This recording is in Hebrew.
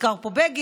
הוזכר פה בגין,